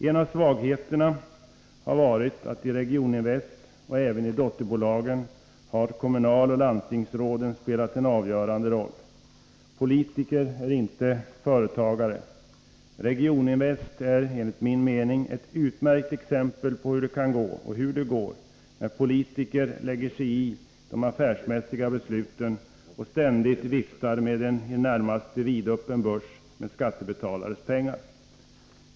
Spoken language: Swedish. En av svagheterna har varit att kommunaloch landstingsråden har spelat en avgörande roll i Regioninvest och även i dotterbolagen. Politiker är inte företagare. Regioninvest är enligt min mening ett utmärkt exempel på hur det kan gå och hur det går när politiker lägger sig i de affärsmässiga besluten och ständigt viftar med en i det närmaste vidöppen börs med skattebetalares pengar.